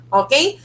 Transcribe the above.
okay